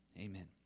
Amen